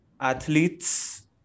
Athletes